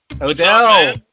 Odell